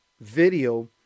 video